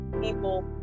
people